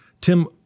Tim